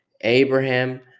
Abraham